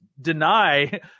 deny